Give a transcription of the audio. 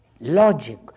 logic